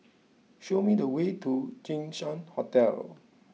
show me the way to Jinshan Hotel